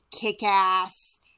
kick-ass